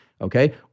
okay